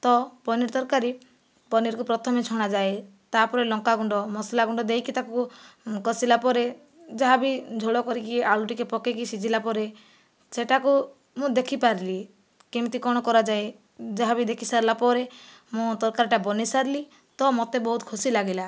ତ ପନିର ତରକାରୀ ପନିରକୁ ପ୍ରଥମେ ଛଣାଯାଏ ତା'ପରେ ଲଙ୍କାଗୁଣ୍ଡ ମସଲାଗୁଣ୍ଡ ଦେଇକି ତାକୁ କଷିଲା ପରେ ଯାହା ବି ଝୋଳ କରିକି ଆଳୁ ଟିକିଏ ପକାଇକି ସିଝିଲା ପରେ ସେଇଟାକୁ ମୁଁ ଦେଖିପାରିଲି କେମିତି କ'ଣ କରାଯାଏ ଯାହା ବି ଦେଖିସାରିଲା ପରେ ମୁଁ ତରକାରୀଟା ବନାଇସାରିଲି ତ ମୋତେ ବହୁତ ଖୁସି ଲାଗିଲା